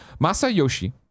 Masayoshi